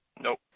Nope